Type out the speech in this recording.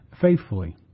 faithfully